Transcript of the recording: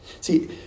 See